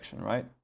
right